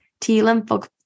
T-lymphocytes